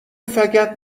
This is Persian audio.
فقط